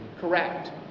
correct